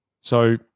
So-